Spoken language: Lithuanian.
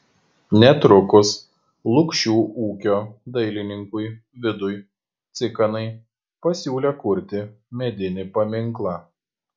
netrukus lukšių ūkio dailininkui vidui cikanai pasiūlė kurti medinį paminklą